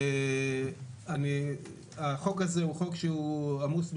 אין שום בעיה, שלוש דקות.